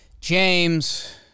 James